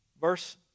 Verse